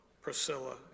Priscilla